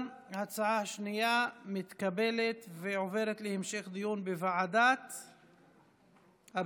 גם ההצעה השנייה מתקבלת ועוברת להמשך דיון בוועדת הבריאות.